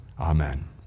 Amen